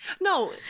No